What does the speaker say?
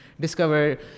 discover